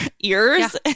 ears